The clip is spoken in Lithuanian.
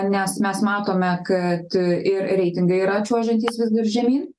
nes mes matome kad ir reitingai yra čiuožiantys vis dar žemyn